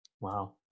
Wow